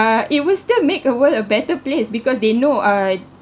uh it will still make a world a better place because they know uh